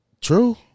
True